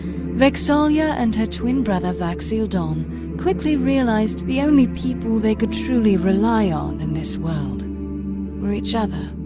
vex'ahlia and her twin brother vax'ildan quickly realized the only people they could truly rely on in this world were each other.